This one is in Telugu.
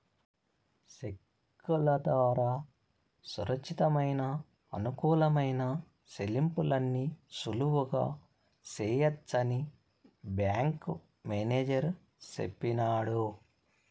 సెక్కుల దోరా సురచ్చితమయిన, అనుకూలమైన సెల్లింపుల్ని సులువుగా సెయ్యొచ్చని బ్యేంకు మేనేజరు సెప్పినాడు